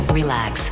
relax